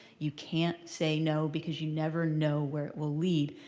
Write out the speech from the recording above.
you can't say no because you never know where it will lead.